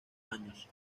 años